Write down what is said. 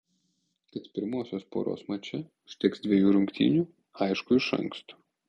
kad pirmosios poros mače užteks dvejų rungtynių aišku iš anksto